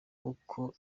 uko